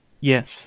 Yes